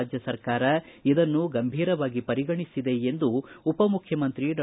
ರಾಜ್ಯ ಸರ್ಕಾರ ಇದನ್ನು ಗಂಭೀರವಾಗಿ ಪರಿಗಣಿಸಿದೆ ಎಂದು ಉಪ ಮುಖ್ಯಮಂತ್ರಿ ಡಾ